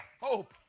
hope